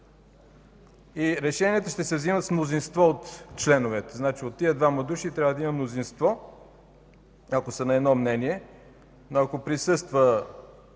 Решенията ще се вземат с мнозинство от членовете. Значи от тези двама души трябва да има мнозинство, ако са на едно мнение. Но ако присъства